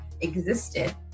existed